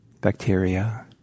bacteria